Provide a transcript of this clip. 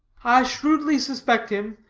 i shrewdly suspect him,